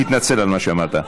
תתנצל על מה שאמרת.